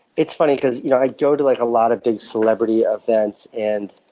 it's funny because you know i go to like a lot of big celebrity events. and